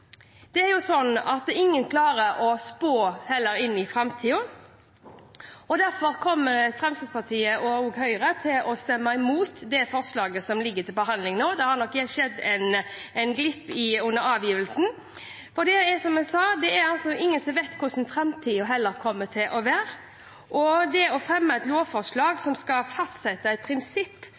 Det er jo sånn at ingen klarer å spå om framtida. Derfor kommer Fremskrittspartiet og Høyre til å stemme imot det forslaget som ligger til behandling nå. Det har nok skjedd en glipp under avgivelsen, for det er, som jeg sa, ingen som vet hvordan framtida kommer til å bli. Å fremme et lovforslag som skal fastsette et prinsipp